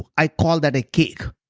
i call that a cake.